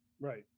Right